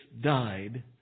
died